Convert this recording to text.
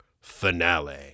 Finale